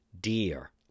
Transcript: DEAR